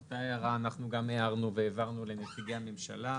את אותה הערה אנחנו גם הערנו והעברנו לנציגי הממשלה.